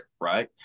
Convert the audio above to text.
right